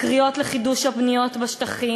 הקריאות לחידוש הבנייה בשטחים,